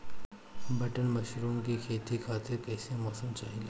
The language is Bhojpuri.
बटन मशरूम के खेती खातिर कईसे मौसम चाहिला?